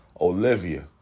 Olivia